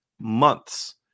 months